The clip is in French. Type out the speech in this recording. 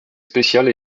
spéciale